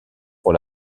pour